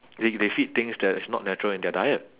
they they feed things that is not natural in their diet